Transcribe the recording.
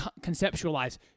conceptualize